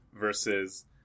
Versus